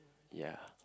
ya